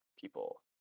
people